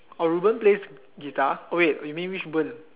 oh Reuben plays guitar wait you mean which Reuben